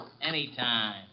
Anytime